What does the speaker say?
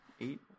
eight